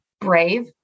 brave